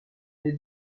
mais